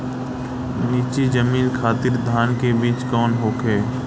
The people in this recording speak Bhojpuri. नीची जमीन खातिर धान के बीज कौन होखे?